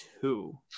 two